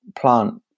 plant